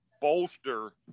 bolster